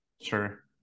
Sure